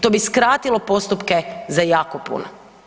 To bi skratilo postupke za jako puno.